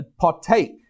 partake